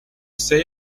say